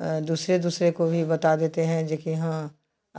दूसरे दूसरे को भी बता देते हैं जोकि हाँ